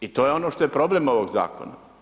I to je ono što je problem ovog zakona.